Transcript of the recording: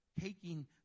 taking